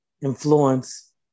influence